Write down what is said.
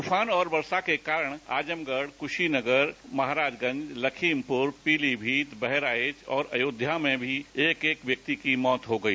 त्रफान और वर्षा के कारण आजमगढ़ कुशीनगर महाराजगंज लखीमपुर पीलीमीत बहराइच और अयोध्या में भी एक एक व्यक्ति की मौत होगयी